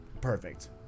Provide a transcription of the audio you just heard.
perfect